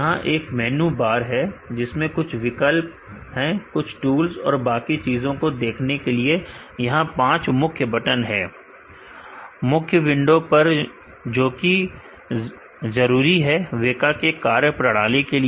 यहां एक menu bar है जिसमें कुछ विकल्प हैं कुछ टूल्स और बाकी चीजों को देखने के लिए यहां पांच मुख्य बटन है मुख्य विंडो पर जोकि जरूरी है वेका के कार्यप्रणाली के लिए